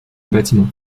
bâtiment